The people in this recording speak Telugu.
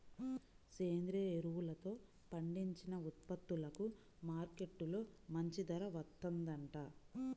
సేంద్రియ ఎరువులతో పండించిన ఉత్పత్తులకు మార్కెట్టులో మంచి ధర వత్తందంట